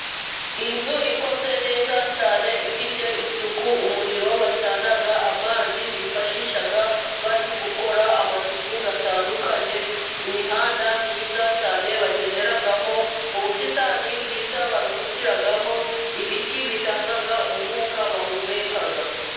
Inzu ikoze neza cyane ifite isuku, umuriro bacana, amazi bifashisha bari gukora amasuku atandukanye, imihanda myiza cyane bagenderamo, ubusitani bwiza baruhukiramo, ibiti bitanga umwuka bahumeka.